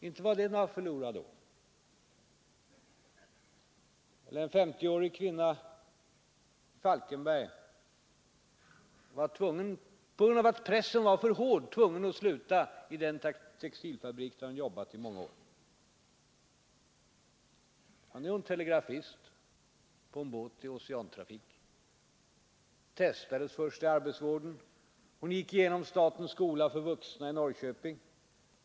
Inte var det något förlorat år för honom, En 50-årig kvinna i Falkenberg var på grund av att pressen i arbetet var så hård för henne tvungen att sluta i den textilfabrik där hon hade arbetat under många år. Nu är hon telegrafist på en båt i oceantrafik. Först testades hon i arbetsvården och gick därefter igenom statens skola för vuxna i Norrköping.